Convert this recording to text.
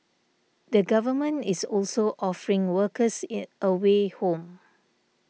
the government is also offering workers in a way home